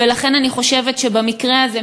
ולכן אני חושבת שבמקרה הזה,